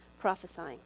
prophesying